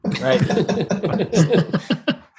Right